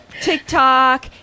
TikTok